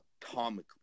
atomically